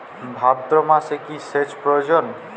ভাদ্রমাসে কি সেচ প্রয়োজন?